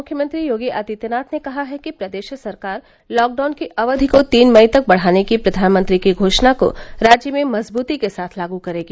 मुख्यमंत्री योगी आदित्यनाथ ने कहा है कि प्रदेश सरकार लॉकडाउन की अवधि को तीन मई तक बढ़ाने की प्रधानमंत्री की घोषणा को राज्य में मजबूती के साथ लागू करेगी